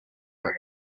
flip